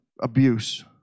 abuse